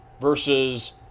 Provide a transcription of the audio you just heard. versus